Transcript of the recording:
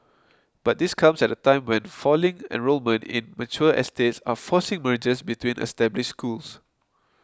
but this comes at a time when falling enrolment in mature estates are forcing mergers between established schools